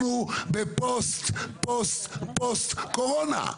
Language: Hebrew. אנחנו בפוסט-פוסט-פוסט קורונה.